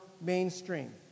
mainstream